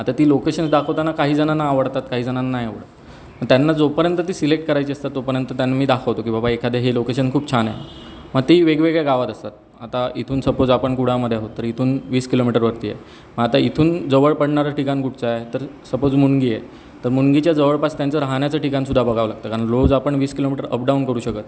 आता ती लोकेशन्स दाखवताना काही जणांना आवडतात काही जणांना नाही आवडत त्यांना जोपर्यंत ती सिलेक्ट करायची असतात तोपर्यंत त्यांना मी दाखवतो की बाबा एखादं हे लोकेशन खूप छान आहे मग ती वेगवेगळ्या गावात असतात आता इथून सपोज आपण कुडाळमध्ये आहोत तर इथून वीस किलोमीटरवरती आहे मग आता इथून जवळ पडणारं ठिकाण कुठचं आहे तर सपोज मुणगी आहे तर मुणगीच्या जवळपास त्यांचं राहण्याचं ठिकाण सुद्धा बघावं लागतं कारण रोज आपण वीस किलोमीटर अप डाऊन करू शकत नाही